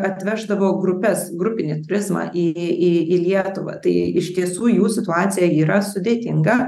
atveždavo grupes grupinį turizmą į į į lietuvą tai iš tiesų jų situacija yra sudėtinga